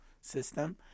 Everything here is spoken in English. system